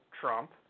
Trump